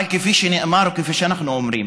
אבל כפי שנאמר וכפי שאנחנו אומרים,